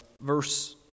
Verse